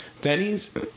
Denny's